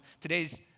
Today's